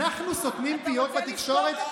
אנחנו סותמים פיות בתקשורת?